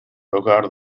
hogar